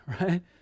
right